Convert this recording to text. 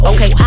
Okay